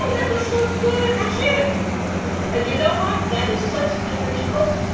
so that was so good. that's him that's cope, yeah and you know what? that is such different cope.